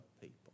people